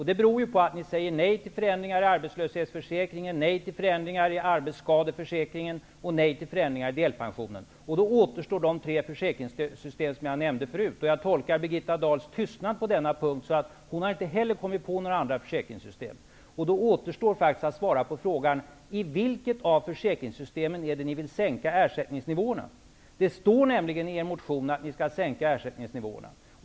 Det beror på att ni säger nej till förändringar i arbets löshetsförsäkringen, nej till förändringar i arbets skadeförsäkringen och nej till förändringar av del pensionen. Då återstår de tre försäkringssystem som jag nämnde förut. Jag tolkar Birgitta Dahls tystnad på denna punkt så, att inte heller hon har kommit på några andra försäkringssystem. Då återstår för henne att svara på frågan i vilket av försäkringssystemen ni vill sänka ersättningsnivåerna. Det står nämli gen i er motion att ni skall sänka ersättningsni våerna.